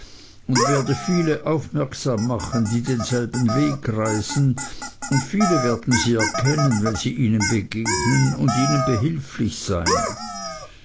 und werde viele aufmerksam machen die denselben weg reisen und viele werden sie erkennen wenn sie ihnen begegnen und ihnen behilflich sein